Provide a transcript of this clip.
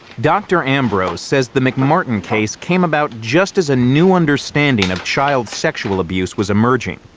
dr. ambrose says the mcmartin case came about just as a new understanding of child sexual abuse was emerging.